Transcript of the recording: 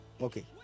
Okay